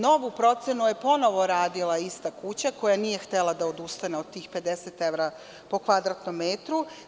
Novu procenu je ponovo radila ista kuća koja nije htela da odustane od tih 50 evra po kvadratnom metru.